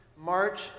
march